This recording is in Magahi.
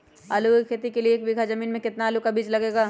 आलू की खेती के लिए एक बीघा जमीन में कितना आलू का बीज लगेगा?